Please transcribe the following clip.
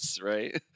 right